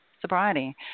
sobriety